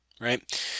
right